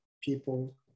people